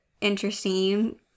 interesting